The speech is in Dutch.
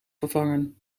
vervangen